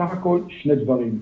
סך הכול שני דברים.